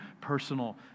personal